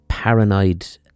paranoid